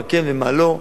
מה כן ומה לא,